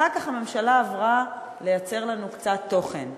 אחר כך הממשלה עברה לייצר לנו קצת תוכן: